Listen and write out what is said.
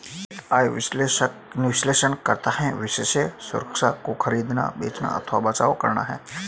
निश्चित आय विश्लेषक विश्लेषण करता है विशेष सुरक्षा को खरीदना, बेचना अथवा बचाव करना है